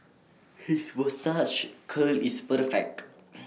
his moustache curl is perfect